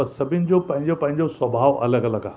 पर सभिनि जो पंहिंजो पंहिंजो स्वभाव अलॻि अलॻि आहे